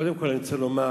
קודם כול אני רוצה לומר,